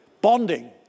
Bonding